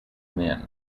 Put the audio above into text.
men